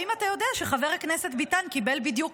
האם אתה יודע שחבר הכנסת ביטן קיבל בדיוק